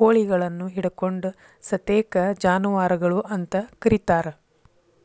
ಕೋಳಿಗಳನ್ನು ಹಿಡಕೊಂಡ ಸತೇಕ ಜಾನುವಾರಗಳು ಅಂತ ಕರೇತಾರ